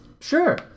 Sure